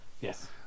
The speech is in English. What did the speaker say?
Yes